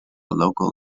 local